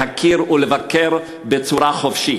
להכיר ולבקר בצורה חופשית?